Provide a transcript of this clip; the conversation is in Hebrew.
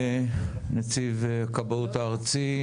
נציב כבאות הארצי,